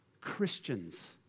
Christians